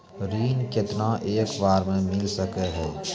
ऋण केतना एक बार मैं मिल सके हेय?